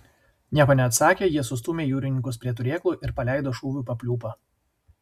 nieko neatsakę jie sustūmę jūrininkus prie turėklų ir paleido šūvių papliūpą